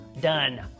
done